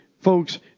folks